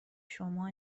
شما